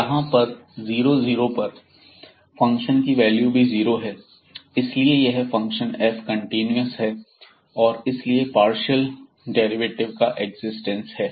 fxy r cos sin 0f00 यहां पर 00 पर फंक्शन की वैल्यू भी जीरो है इसलिए यह फंक्शन f कंटीन्यूअस है और इसीलिए पार्शियल डेरिवेटिव का एक्जिस्टेंस है